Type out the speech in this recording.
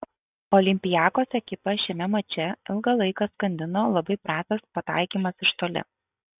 olympiakos ekipą šiame mače ilgą laiką skandino labai prastas pataikymas iš toli